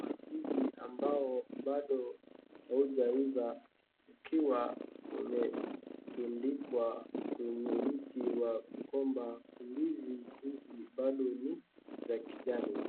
Mandizi ambao bado haujaiva ukiwa umetundikwa kwenye mti wa mgomba. Ndizi hizi bado ni za kijani,